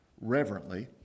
reverently